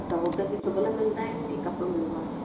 अच्छा त हुते बि सिॿियल मिलंदा आहिनि की कपिड़ो मिलंदो आहे